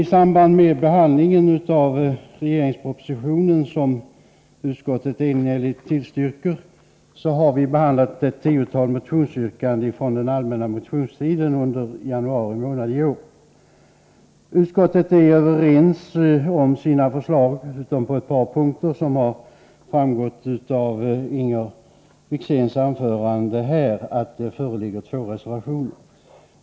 I samband med behandlingen av regeringspropositionen, vilken utskottet enhälligt tillstyrker, har vi också tagit upp ett tiotal yrkanden i motioner väckta under den allmänna motionstiden under januari månad i år. Utskottet är enigt, utom på ett par punkter. Som framgått av Inger Wickzéns anförande nyss föreligger två reservationer.